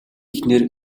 эхнэр